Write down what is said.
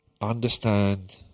understand